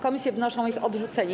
Komisje wnoszą o ich odrzucenie.